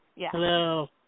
Hello